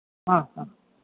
ആ ആ